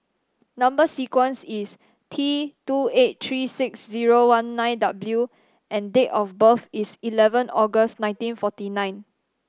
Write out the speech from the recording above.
number sequence is T two eight three six zero one nine W and date of birth is eleven August nineteen forty nine